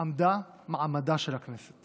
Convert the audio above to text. עמדו מעמדה של הכנסת